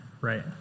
right